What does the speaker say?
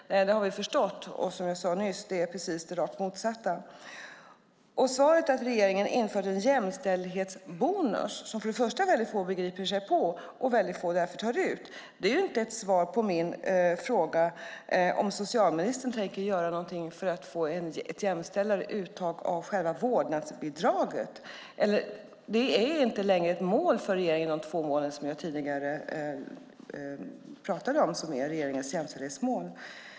Det har vi förstått. Det är, som jag sade nyss, det rakt motsatta. Svaret att regeringen har infört jämställdhetsbonus, som väldigt få begriper sig på och väldigt få därför tar ut, är ju inte ett svar på min fråga om socialministern tänker göra något för att få ett mer jämställt uttag av vårdnadsbidraget. Är det inte längre ett av regeringens två jämställdhetsmål som jag tidigare nämnde?